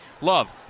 Love